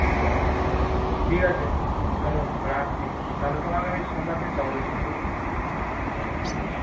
ও ঠিক আছে চলো রাখছি তালে তোমাকে আমি সোমবার দিন সকালে ফোন করবো হ্যাঁ ঠিক আছে